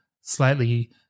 slightly